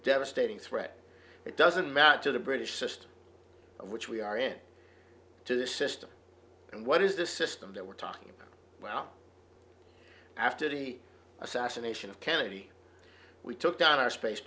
devastating threat it doesn't matter to the british system which we are in to this system and what is the system that we're talking about well after the assassination of kennedy we took down our space